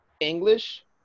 English